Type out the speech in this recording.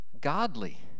godly